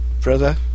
brother